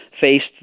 faced